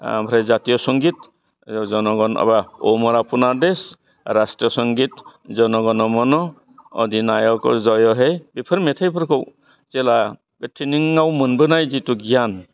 आमफ्राय जातिय संगित जन' गन' माबा अमर आपुनार देस राष्ट्र संगित जन' गन' मन' अदिनायक जय' हे बेफोर मेथाइफोरखौ जेला ट्रेनिङाव मोनबोनाय जिहेथु गियान